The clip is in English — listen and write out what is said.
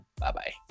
Bye-bye